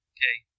Okay